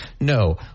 No